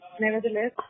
nevertheless